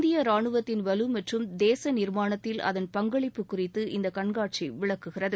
இந்திய ராணுவத்தின் வலு மற்றம் தேசநிர்மாணத்தில் அதன் பங்களிப்பு குறித்து இந்த கண்காட்சி விளக்குகிறது